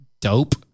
dope